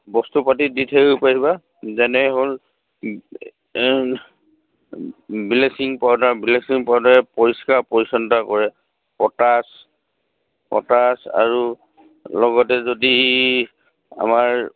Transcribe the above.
বস্তু পাতি দি থ'ব পাৰিবা যেনে হ'ল ব্লেচিং পাউডাৰ ব্লেচিং পাউডাৰ পৰিষ্কাৰ পৰিচ্ছন্নতা কৰে পটাচ পটাচ আৰু লগতে যদি আমাৰ